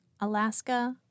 Alaska